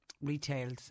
retails